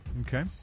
Okay